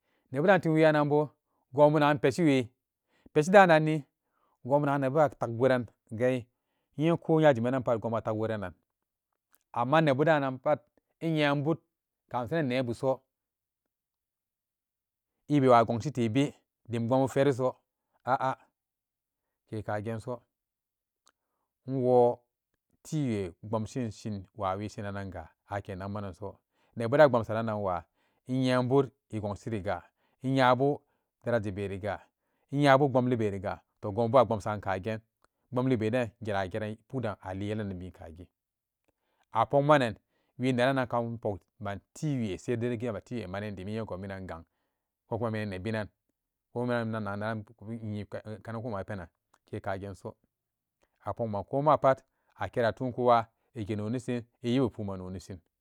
Nebudan timwiiyannanbo gonbu nagan peshi wee peshi daa nanni gonbu nagan nebudaan atagguran gai inye ko nya jimanan pat gonbu atakworanan amma nebudanan pat inyebut ka masanan nebuso ebewa gongshi tebe dim gonbu feeriso a'a ke kagenso inwotiiwee bomshin shin waa wii shinan gu ake nakmananso nebudan in bomso ranwa inyebut ingonshinga innyabu daraja beriga innyabu bomliberiga to gonbubo a bomsan kagen bomlibedan ge ageran puden ali nyelanan bi kagi apokmanan wii nerannanka inpokman tiiwee saidai igen matiiwee manin dim innyego minan gang poganme nebinan wemiyan minan nagan neran nyikani po ma'ama ri penan kee kagenso apokman ko mapat age atunkuwa ege nonisin eyib epuman nonisin